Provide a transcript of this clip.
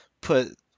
put